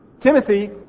Timothy